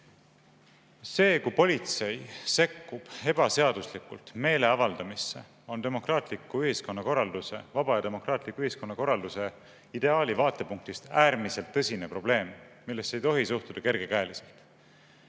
See, kui politsei sekkub ebaseaduslikult meeleavaldamisse, on vaba ja demokraatliku ühiskonnakorralduse ideaali vaatepunktist äärmiselt tõsine probleem, millesse ei tohi suhtuda kergekäeliselt.